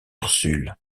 ursule